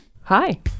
Hi